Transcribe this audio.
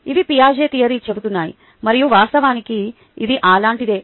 ఇవి Piaget theory చెబుతున్నాయి మరియు వాస్తవానికి ఇది అలాంటిదే